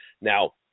Now